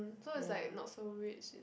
so is like not so rich